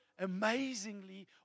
amazingly